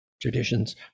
traditions